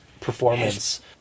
performance